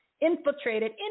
infiltrated